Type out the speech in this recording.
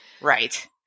Right